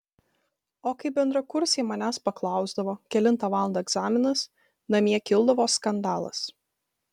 o kai bendrakursiai manęs paklausdavo kelintą valandą egzaminas namie kildavo skandalas